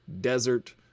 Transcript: desert